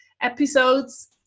episodes